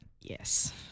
Yes